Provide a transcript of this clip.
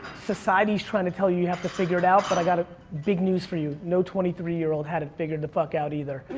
society's trying to tell you you have to figure it out, but i've got ah big news for you. no twenty three year old had it figured the fuck out either.